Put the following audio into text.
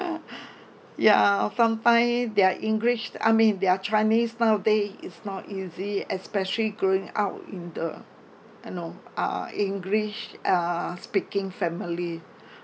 ya sometime their english the I mean their chinese nowaday is not easy especially growing up in the you know uh english uh speaking family